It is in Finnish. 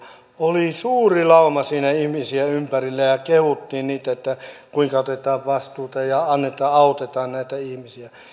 oli suuri lauma siinä ihmisiä ympärillä ja kehuttiin heitä kuinka otetaan vastuuta ja autetaan näitä ihmisiä